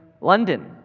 London